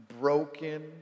broken